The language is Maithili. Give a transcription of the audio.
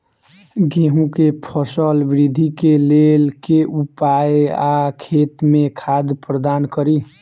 गेंहूँ केँ फसल वृद्धि केँ लेल केँ उपाय आ खेत मे खाद प्रदान कड़ी?